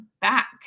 back